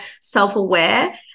self-aware